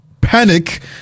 panic